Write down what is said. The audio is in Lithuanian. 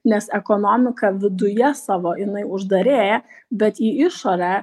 nes ekonomika viduje savo jinai uždarinėja bet į išorę